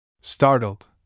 Startled